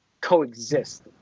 coexist